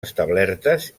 establertes